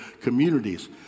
communities